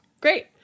Great